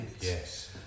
Yes